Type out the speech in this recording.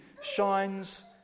shines